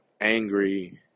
angry